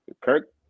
Kirk